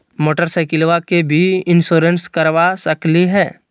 मोटरसाइकिलबा के भी इंसोरेंसबा करा सकलीय है?